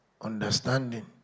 understanding